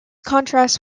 contrasts